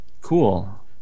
Cool